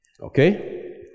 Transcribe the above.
Okay